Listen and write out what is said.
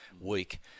week